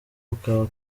ukaba